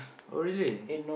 oh really